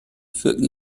wirken